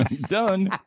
done